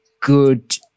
good